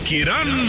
Kiran